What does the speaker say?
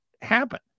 happen